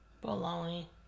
Bologna